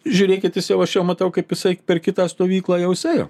žiūrėkit tęsiau aš jau matau kaip jisai per kitą stovyklą jau jisai